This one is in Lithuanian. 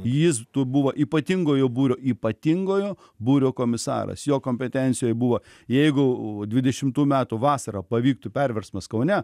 jis tu buvo ypatingojo būrio ypatingojo būrio komisaras jo kompetencijoj buvo jeigu dvidešimtų metų vasarą pavyktų perversmas kaune